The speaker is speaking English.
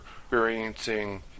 experiencing